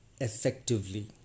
effectively